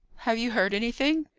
have you heard anything?